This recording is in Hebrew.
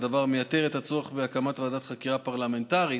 הדבר מייתר את הצורך בהקמת ועדת חקירה פרלמנטרית,